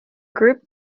group